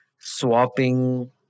swapping